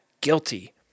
guilty